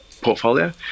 portfolio